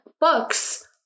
books